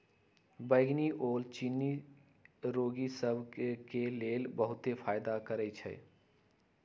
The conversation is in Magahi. बइगनी ओल चिन्नी के रोगि सभ के लेल बहुते फायदा करै छइ